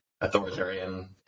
authoritarian